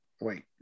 Wait